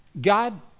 God